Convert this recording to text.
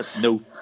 no